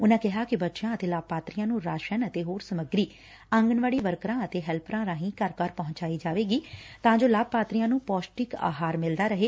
ਉਨਾਂ ਕਿਹਾ ਕਿ ਬੱਚਿਆਂ ਅਤੇ ਲਾਭਪਾਤਰੀਆਂ ਨੂੰ ਰਾਸ਼ਨ ਅਤੇ ਹੋਰ ਸਮੱਗਰੀ ਆਂਗਣਵਾੜੀ ਵਰਕਰਾਂ ਅਤੇ ਹੈਲਪਰਾ ਰਾਹੀ ਘਰ ਘਰ ਪਹੂੰਚਾਈ ਜਾਵੇਗੀ ਤਾਂ ਜੋ ਲਾਭਪਾਤਰੀਆਂ ਨੂੰ ਪੋਸ਼ਟਿਕ ਆਹਾਰ ਮਿਲਦਾ ਰਹੇ